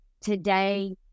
today